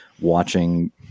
watching